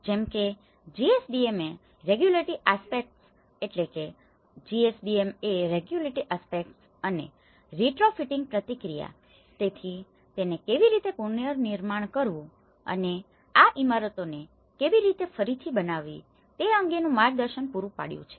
જેમ કે GSDMA regulatory aspects અને રીટ્રોફિટિંગ પ્રક્રિયા તેથી તેને કેવી રીતે પુનર્નિર્માણ કરવું અને આ ઇમારતોને કેવી રીતે ફરીથી બનાવવી તે અંગેનું માર્ગદર્શન પૂરું પાડ્યું છે